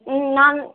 ம் நான்